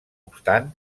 obstant